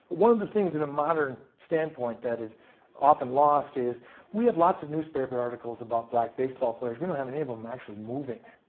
one of the things in modern standpoint that is often lost is we have lots of newspaper articles about black baseballs players and we don't have any of them actually moving.